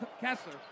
kessler